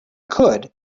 could